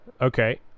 Okay